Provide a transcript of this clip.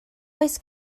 oes